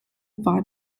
war